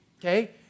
Okay